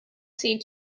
see